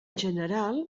general